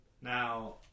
Now